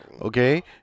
okay